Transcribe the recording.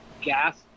gas